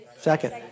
Second